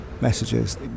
messages